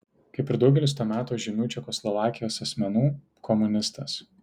kaip ir daugelis to meto žymių čekoslovakijos asmenų komunistas